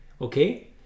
okay